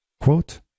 Quote